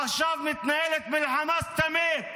עכשיו מתנהלת מלחמה סתמית